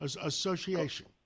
Association